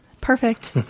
perfect